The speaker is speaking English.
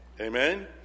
Amen